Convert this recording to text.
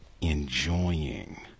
enjoying